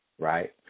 right